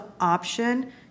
option